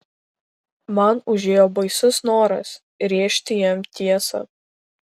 man užėjo baisus noras rėžti jam tiesą